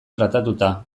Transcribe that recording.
tratatuta